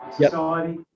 society